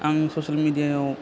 आं ससिएल मेदिया याव